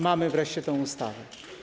Mamy wreszcie tę ustawę.